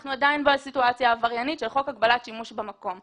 אנחנו עדיין בסיטואציה עבריינית של חוק הגבלת שימוש במקום.